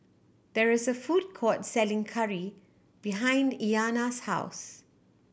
there is a food court selling curry behind Iyanna's house